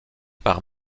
par